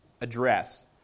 address